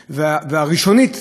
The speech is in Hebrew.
הנחת העבודה של לא לקבל,